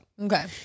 Okay